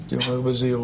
הייתי אומר בזהירות,